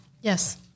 Yes